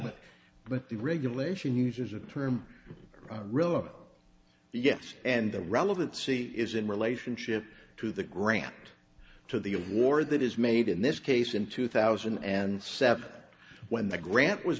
nt but the regulation uses a term the yes and the relevant c is in relationship to the grant to the award that is made in this case in two thousand and seven when the grant was